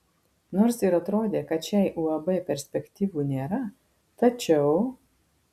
nors ir atrodė kad šiai uab perspektyvų nėra tačiau